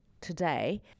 today